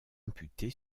amputée